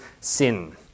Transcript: sin